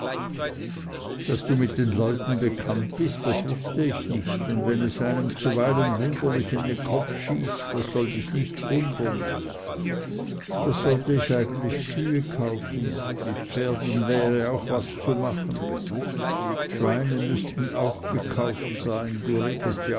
daß du mit den leuten bekannt bist das wußte ich nicht und wenn es einem zuweilen wunderlich in den kopf schießt das soll dich nicht wundern da sollte ich eigentlich kühe kaufen mit pferden wäre auch was zu machen schweine müssen auch gekauft sein du redest